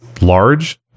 large